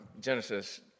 Genesis